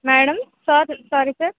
madam sorry sorry sir